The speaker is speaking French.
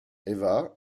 eva